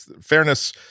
fairness